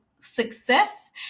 success